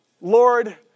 Lord